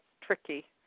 tricky